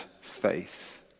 faith